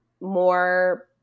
more